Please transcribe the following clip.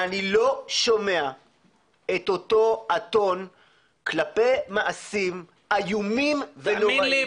ואני לא שומע את אותו הטון כלפי מעשים איומים ונוראיים --- תאמין לי,